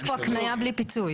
יש פה הקניה בלי פיצוי.